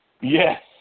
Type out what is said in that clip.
Yes